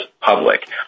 public